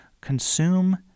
consume